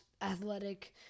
athletic